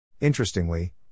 Interestingly